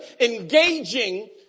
engaging